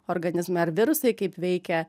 organizme ar virusai kaip veikia